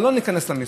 אבל לא ניכנס למיסוי,